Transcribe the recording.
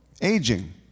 aging